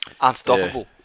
Unstoppable